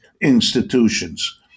institutions